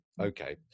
Okay